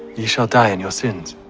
ye shall die in your sins.